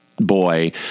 boy